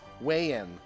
weigh-in